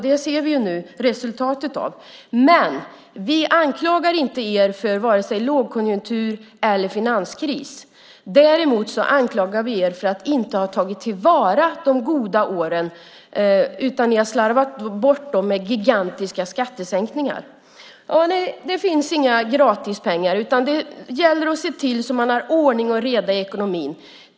Det ser vi nu resultatet av. Vi anklagar inte er för vare sig lågkonjunktur eller finanskris, däremot anklagar vi er för att inte ha tagit vara på de goda åren. Ni har slarvat bort dem med gigantiska skattesänkningar. Det finns inga gratispengar. Det gäller att se till att man har ordning och reda i ekonomin.